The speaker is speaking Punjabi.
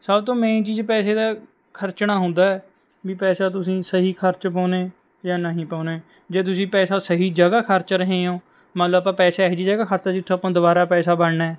ਸਭ ਤੋਂ ਮੇਨ ਚੀਜ਼ ਪੈਸੇ ਦਾ ਖਰਚਣਾ ਹੁੰਦਾ ਹੈ ਵੀ ਪੈਸਾ ਤੁਸੀਂ ਸਹੀ ਖਰਚ ਪਾਉਂਦੇ ਜਾਂ ਨਹੀਂ ਪਾਉਂਦੇ ਜੇ ਤੁਸੀਂ ਪੈਸਾ ਸਹੀ ਜਗ੍ਹਾ ਖਰਚ ਰਹੇ ਹੋ ਮੰਨ ਲਉ ਆਪਾਂ ਪੈਸਾ ਇਹੋ ਜਿਹੀ ਜਗ੍ਹਾ ਖਰਚ ਦਿੱਤਾ ਜਿੱਥੋਂ ਆਪਾਂ ਨੂੰ ਦੁਬਾਰਾ ਪੈਸਾ ਬਣਨਾ ਹੈ